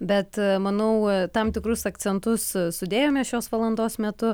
bet manau tam tikrus akcentus sudėjome šios valandos metu